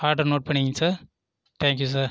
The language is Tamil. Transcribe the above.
ஆர்டர் நோட் பண்ணிக்கோங்க சார் தேங்க்யூ சார்